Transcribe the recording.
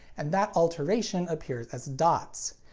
and that alteration appears as dots.